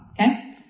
okay